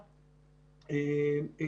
בוקר טוב, איריס.